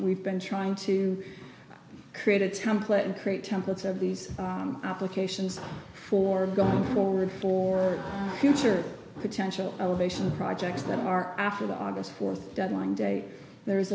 we've been trying to create a template and create templates of these applications for going forward for future potential elevation projects that are after the august fourth deadline date there is